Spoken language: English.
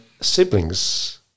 siblings